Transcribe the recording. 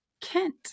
Kent